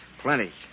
Plenty